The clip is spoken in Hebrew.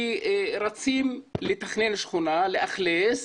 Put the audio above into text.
כי רצים לתכנן שכונה, לאכלס,